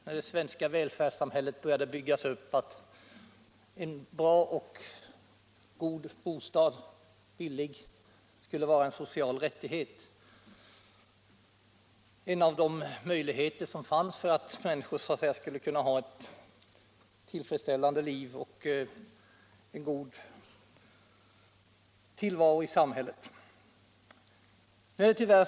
När det svenska välfärdssamhället en gång började byggas upp sades det att en god och billig bostad skulle vara en social rättighet, en av de möjligheter som fanns att ge människor ett tillfredsställande liv och en god tillvaro i samhället.